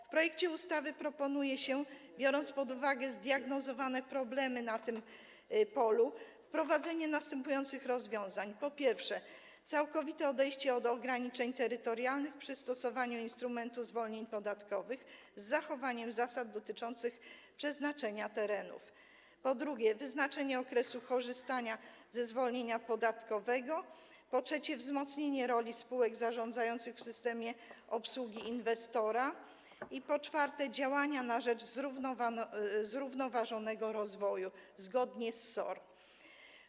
W projekcie ustawy proponuje się, biorąc pod uwagę zdiagnozowane problemy na tym polu, wprowadzenie następujących rozwiązań: po pierwsze, całkowite odejście od ograniczeń terytorialnych przy stosowaniu instrumentu zwolnień podatkowych z zachowaniem zasad dotyczących przeznaczenia terenów; po drugie, wyznaczenie okresu korzystania ze zwolnienia podatkowego; po trzecie, wzmocnienie roli spółek zarządzających w systemie obsługi inwestora i, po czwarte, działania na rzecz zrównoważonego rozwoju zgodnie z SOR.